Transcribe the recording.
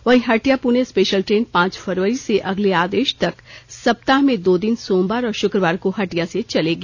वहीं Hatia Pune special train पांच फरवरी से अगले आदेश तक सप्ताह में दो दिन सोमवार और शुक्वार को हटिया से चलेगी